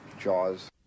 Jaws